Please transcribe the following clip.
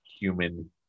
human